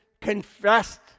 confessed